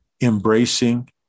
embracing